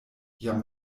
jam